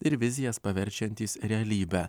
ir vizijas paverčiantys realybe